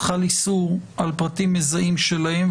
חל איסור על פרטים מזהים שלהם,